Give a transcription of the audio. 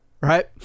right